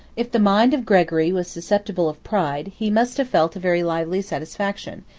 if the mind of gregory was susceptible of pride, he must have felt a very lively satisfaction,